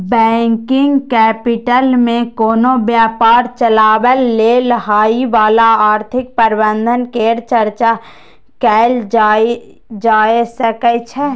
working capital मे कोनो व्यापार चलाबय लेल होइ बला आर्थिक प्रबंधन केर चर्चा कएल जाए सकइ छै